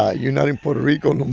ah you're not in puerto rico no more.